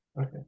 okay